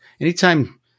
anytime